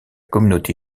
communauté